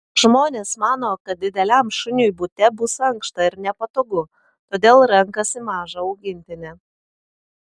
žmonės mano kad dideliam šuniui bute bus ankšta ir nepatogu todėl renkasi mažą augintinį